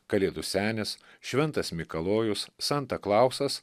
kalėdų senis šventas mikalojus santa klausas